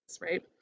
right